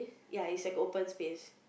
ya is like open space